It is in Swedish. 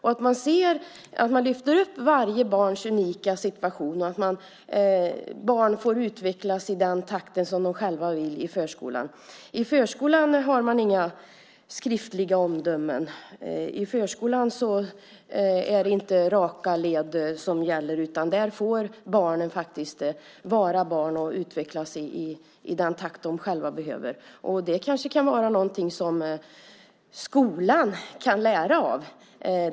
I förskolan lyfter man upp varje barns unika situation och barn får utvecklas i den takt de vill. I förskolan har man inga skriftliga omdömen. I förskolan är det inte raka led som gäller. Där får barnen vara barn och utvecklas i den takt de behöver. Den pedagogik som används av förskolan kanske skolan kan lära av.